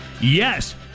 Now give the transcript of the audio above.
yes